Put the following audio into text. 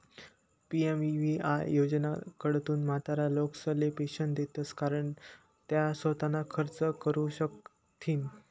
PMVVY योजनाकडथून म्हातारा लोकेसले पेंशन देतंस कारण त्या सोताना खर्च करू शकथीन